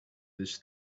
this